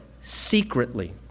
secretly